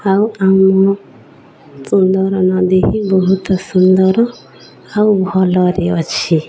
ଆଉ ଆମ ସୁନ୍ଦର ନଦୀ ବହୁତ ସୁନ୍ଦର ଆଉ ଭଲରେ ଅଛି